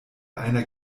einer